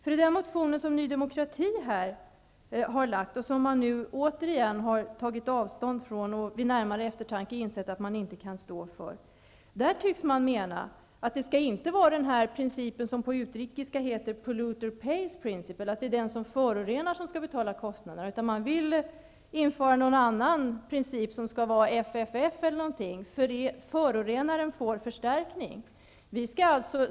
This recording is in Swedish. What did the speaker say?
Ny demokrati har i detta ärende väckt en motion och sedan återigen tagit avstånd från den, eftersom man vid närmare eftertanke har insett att man inte kan stå för den. I denna motion tycks man mena att det som skall gälla inte är den princip som på utrikiska heter ''polluter pays principle'', dvs. att det är den som förorenar som skall betala kostnaderna, utan man vill införa en annan princip, någonting liknande fff, förorenaren får förstärkning.